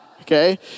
Okay